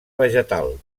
vegetal